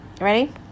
Ready